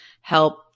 help